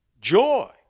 Joy